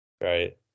right